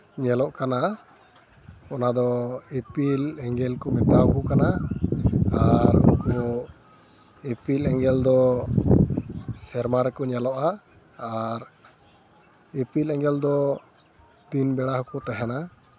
ᱧᱮᱞᱚᱜ ᱠᱟᱱᱟ ᱚᱱᱟᱫᱚ ᱤᱯᱤᱞ ᱮᱸᱜᱮᱞ ᱠᱚ ᱢᱮᱛᱟᱣᱟᱠᱚ ᱠᱟᱱᱟ ᱟᱨ ᱤᱯᱤᱞ ᱮᱸᱜᱮᱞ ᱫᱚ ᱥᱮᱨᱢᱟ ᱨᱮᱠᱚ ᱧᱮᱞᱚᱜᱼᱟ ᱟᱨ ᱤᱯᱤᱞ ᱮᱸᱜᱮᱞ ᱫᱚ ᱫᱤᱱ ᱵᱮᱲᱟ ᱦᱚᱸᱠᱚ ᱛᱟᱦᱮᱱᱟ